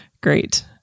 Great